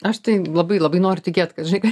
aš tai labai labai noriu tikėt kad žinai